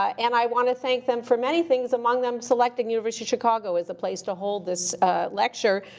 and i want to thank them for many things, among them selecting university chicago as a place to hold this lecture.